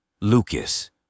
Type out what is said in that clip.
Lucas